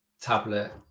tablet